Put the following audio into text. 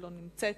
לא נמצאת,